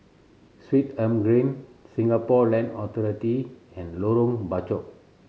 Swettenham Green Singapore Land Authority and Lorong Bachok